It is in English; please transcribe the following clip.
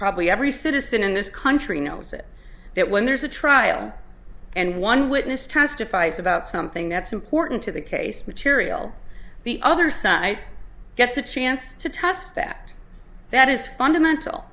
probably every citizen in this country knows it that when there's a trial and one witness testifies about something that's important to the case material the other side gets a chance to test that that is fundamental